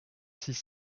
six